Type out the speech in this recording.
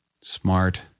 Smart